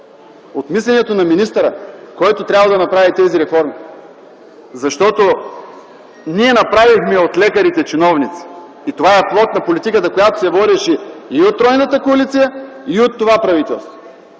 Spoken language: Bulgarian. от мисленето на министъра, който трябва да направи тези реформи. Защото ние направихме от лекарите чиновници. И това е плод на политиката, която се водеше и от тройната коалиция, и от това правителство.